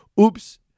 Oops